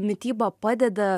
mityba padeda